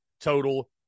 total